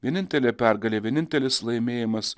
vienintelė pergalė vienintelis laimėjimas